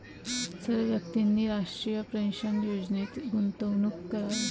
सर्व व्यक्तींनी राष्ट्रीय पेन्शन योजनेत गुंतवणूक करावी